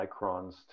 microns